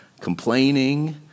complaining